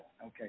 Okay